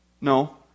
No